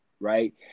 Right